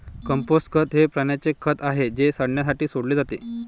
compost खत हे प्राण्यांचे खत आहे जे सडण्यासाठी सोडले जाते